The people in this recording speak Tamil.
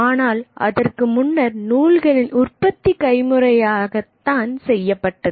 ஆனால் அதற்கு முன்னர் நூல்களின் உற்பத்தி கைமுறையாக தான் செய்யப்பட்டது